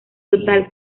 total